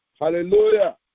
Hallelujah